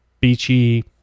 beachy